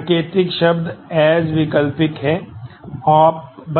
सांकेतिक शब्द एएस की गणना